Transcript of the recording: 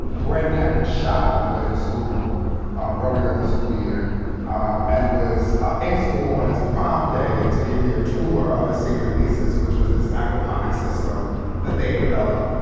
brandon had been shot on the way to school um earlier in the school year and was in school on his prom day to give me a tour of his senior thesis, which was this aquaponics system that they developed.